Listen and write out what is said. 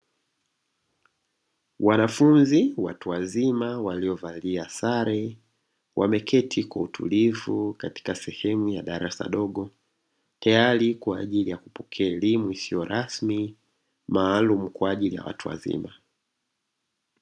Wanafunzi watu wazima waliovalia sare wameketi kwa utulivu katika sehemu ya darasa dogo, tayari kwa ajili ya kupokea elimu isiyo rasmi maalum kwa ajili ya watu wazima.